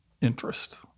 interest